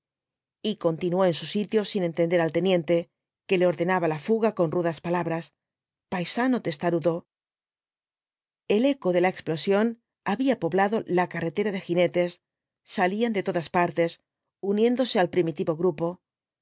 y continuó en su sitio sin entender al teniente que le ordenaba la fuga con rudas palabras paisano testarudo el eco de la explosión había poblado la carretera de jinetes salían de todas partes uniéndose al primitivo grupo